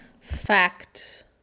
fact